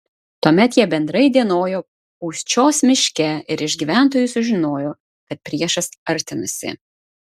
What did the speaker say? tuomet jie bendrai dienojo pūščios miške ir iš gyventojų sužinojo kad priešas artinasi